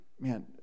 Man